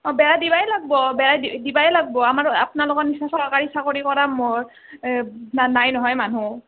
অঁ বেৰা দিবাই লাগব' অঁ বেৰা দিবাই লাগব' আমাৰ আপ্নালোকৰ নিচিনা চৰকাৰী চাকৰি কৰা ম নাই নহয় মানুহ